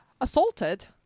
assaulted